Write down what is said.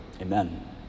Amen